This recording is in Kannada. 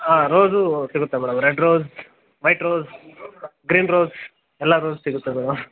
ಹಾಂ ರೋಸೂ ಸಿಗುತ್ತೆ madam red rose white rose green rose ಎಲ್ಲ ರೋಸ್ ಸಿಗುತ್ತೆ ಮೇಡಮ್